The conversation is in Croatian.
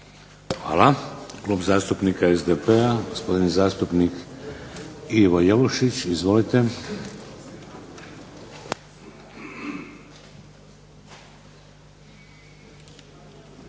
Hvala. Klub zastupnika SDP-a gospodin zastupnik Ivo Jelušić. Izvolite.